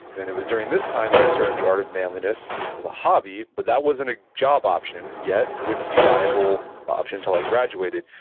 and it was during this time that i started the art of manliness as a hobby, but that wasn't a job option yet. it and wouldn't be viable option until i graduated,